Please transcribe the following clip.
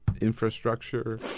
infrastructure